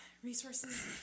resources